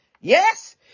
Yes